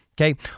okay